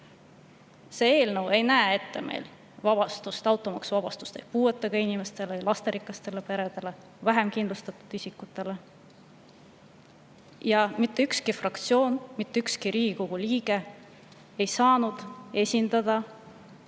See eelnõu ei näe ette automaksuvabastust puuetega inimestele, lasterikastele peredele, vähem kindlustatud isikutele. Ja mitte ükski fraktsioon, mitte ükski Riigikogu liige ei saanud esindada